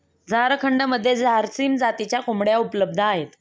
झारखंडमध्ये झारसीम जातीच्या कोंबड्या उपलब्ध आहेत